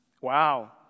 Wow